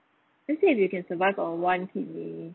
let's say if you can survive on one kidney